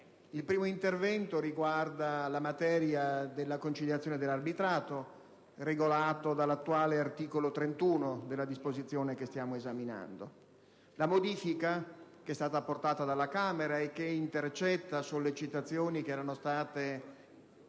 Il primo intervento riguarda la materia della conciliazione e dell'arbitrato, regolato dall'attuale articolo 31 della disposizione che stiamo esaminando. La modifica apportata dalla Camera, che intercetta sollecitazioni fatte